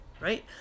right